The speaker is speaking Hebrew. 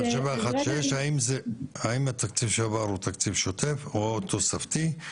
האם התקציב שעבר הוא תקציב שוטף או תוספתי,